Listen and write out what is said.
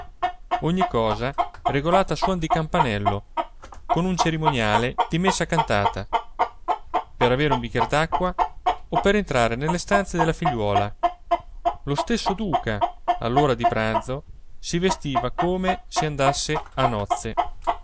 ogni cosa regolata a suon di campanello con un cerimoniale di messa cantata per avere un bicchier d'acqua o per entrare nelle stanze della figliuola lo stesso duca all'ora di pranzo si vestiva come se andasse a nozze